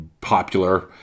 popular